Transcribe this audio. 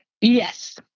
Yes